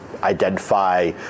identify